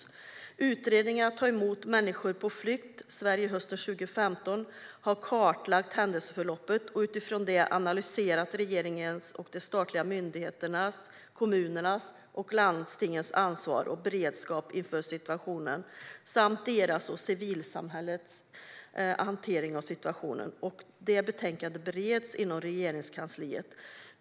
I utredningen Att ta emot människor på flykt - Sverige hösten 2015 kartläggs händelseförloppet och utifrån det analyseras regeringens, de statliga myndigheternas, kommunernas och landstingens ansvar och beredskap inför situationen samt deras och civilsamhällets hantering av situationen. Detta betänkande bereds inom Regeringskansliet.